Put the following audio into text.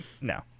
no